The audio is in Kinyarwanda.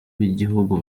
b’igihugu